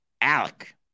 Alec